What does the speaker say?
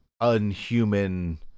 unhuman